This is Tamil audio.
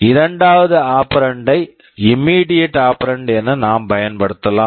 இரண்டாவது ஆப்பெரண்ட் operand -ஐ இம்மீடியட் ஆப்பெரண்ட் immediate operand என நான் பயன்படுத்தலாம்